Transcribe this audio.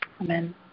Amen